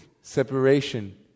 separation